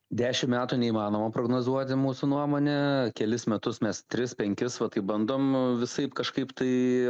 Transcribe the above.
dešimt metų neįmanoma prognozuoti mūsų nuomone kelis metus mes tris penkis va taip bandom visaip kažkaip tai